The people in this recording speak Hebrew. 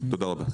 תודה רבה.